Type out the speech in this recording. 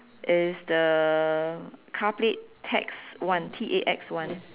is the car plate tax one T A X one